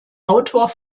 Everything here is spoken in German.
autor